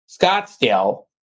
Scottsdale